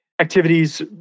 activities